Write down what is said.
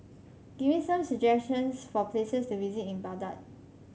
give me some suggestions for places to visit in Baghdad